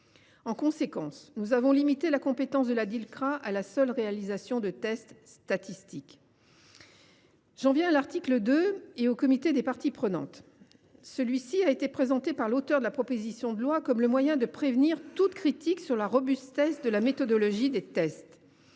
En conséquence, nous avons limité la compétence de la Dilcrah à la seule réalisation de tests statistiques. J’en viens à l’article 2 et au comité des parties prenantes. Celui ci a été présenté par l’auteur de la proposition de loi comme le moyen de prévenir toute critique quant à la robustesse de la méthodologie des tests.